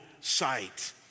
sight